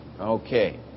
Okay